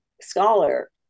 scholar